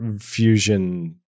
fusion